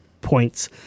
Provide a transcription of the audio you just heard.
points